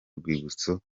rwibutso